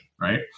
right